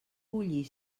bullir